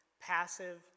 passive